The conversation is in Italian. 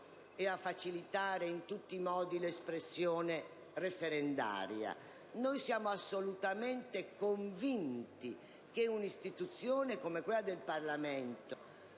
e a facilitare in tutti i modi l'espressione referendaria. Noi siamo assolutamente convinti che un'istituzione come il Parlamento